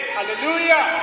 Hallelujah